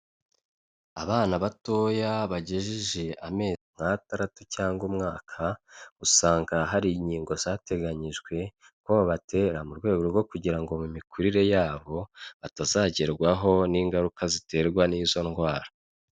Abana batoya bagejeje amezi nk'atandatu cyangwa umwaka, usanga hari inkingo zateganyijwe ko babatera mu rwego rwo kugira ngo mu mikurire yabo batazagerwaho n'ingaruka ziterwa n'izo ndwara.